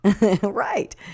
right